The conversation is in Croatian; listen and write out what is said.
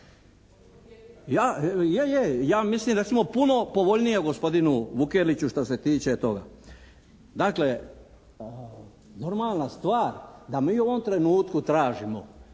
ja mislim recimo puno povoljnije gospodinu Vukeliću šta se tiče toga. Dakle, normalna stvar da mi u ovom trenutku tražimo